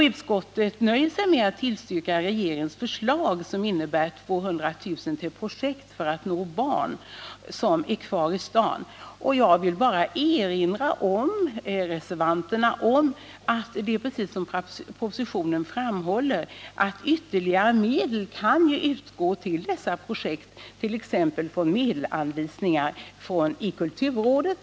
Utskottet nöjer sig med att tillstyrka regeringens förslag, som innebär 200 000 kr. till projekt för attnå barn som är kvar i staden. Jag vill bara erinra reservanterna om att det är så som propositionen framhåller, att ytterligare medel kan utgå till dessa projekt, t.ex. från medelsanvisningar i kulturrådet.